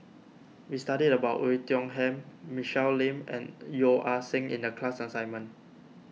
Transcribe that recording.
we studied about Oei Tiong Ham Michelle Lim and Yeo Ah Seng in the class assignment